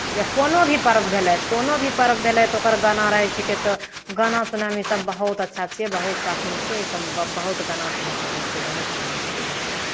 या कोनो भी पर्व भेलै कोनो भी पर्व भेलै तऽ ओकर गाना रहै छिकै तऽ गाना सुनयमे इसभ बहुत अच्छा छियै बहुत शौकीन छियै इसभ बहुत गाना सुन सकै छियै बहुत सुनै छियै गाना